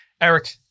Eric